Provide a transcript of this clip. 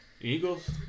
Eagles